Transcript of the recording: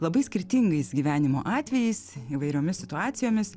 labai skirtingais gyvenimo atvejais įvairiomis situacijomis